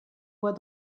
voix